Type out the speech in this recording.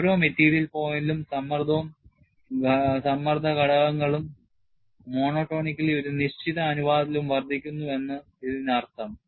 ഓരോ മെറ്റീരിയൽ പോയിന്റിലും സമ്മർദ്ദവും സമ്മർദ്ദ ഘടകങ്ങളും monotonically ഒരു നിശ്ചിത അനുപാതത്തിലും വർദ്ധിക്കുന്നു എന്നാണ് ഇതിനർത്ഥം